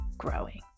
growing